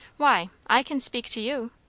why? i can speak to you.